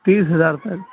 تیس ہزار تک